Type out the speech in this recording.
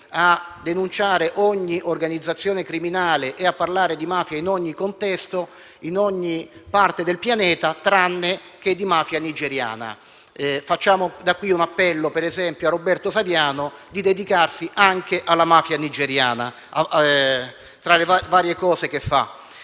a denunciare ogni organizzazione criminale e a parlare di mafia in ogni contesto, in ogni parte del pianeta, tranne che di mafia nigeriana: rivolgiamo quindi da quest'Aula un appello a Roberto Saviano a dedicarsi anche alla mafia nigeriana, tra le varie cose che fa.